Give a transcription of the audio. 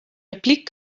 repliek